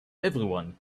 everyone